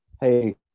Hey